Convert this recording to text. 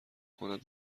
کند